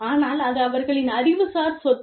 ஆனால் அது அவர்களின் அறிவுசார் சொத்து